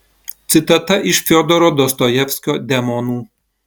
citata iš fiodoro dostojevskio demonų